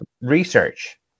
research